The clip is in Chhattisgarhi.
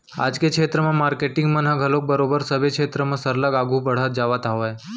आज के बेरा म मारकेटिंग मन ह घलोक बरोबर सबे छेत्र म सरलग आघू बड़हत जावत हावय